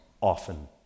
often